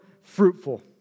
fruitful